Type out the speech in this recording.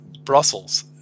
Brussels